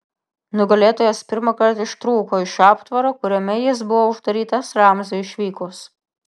nugalėtojas pirmąkart ištrūko iš aptvaro kuriame jis buvo uždarytas ramziui išvykus